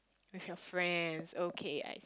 with your friends okay I